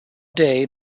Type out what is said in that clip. day